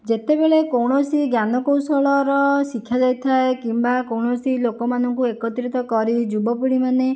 ଯେତେବେଳେ କୌଣସି ଜ୍ଞାନକୌଶଳର ଶିଖା ଯାଇଥାଏ କିମ୍ବା କୌଣସି ଲୋକମାନଙ୍କୁ ଏକତ୍ରିତ କରି ଯୁବପିଢ଼ୀ ମାନେ